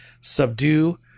subdue